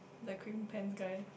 the green pants guy